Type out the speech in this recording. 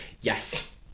Yes